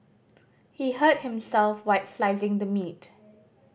he hurt himself while slicing the meat